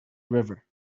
river